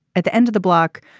at the end of the block,